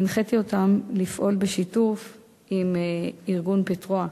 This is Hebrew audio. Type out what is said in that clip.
הנחיתי אותם לפעול בשיתוף עם ארגון "פטרואה"